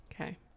Okay